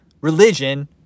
religion